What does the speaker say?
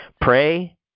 pray